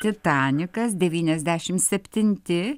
titanikas devyniasdešimt septinti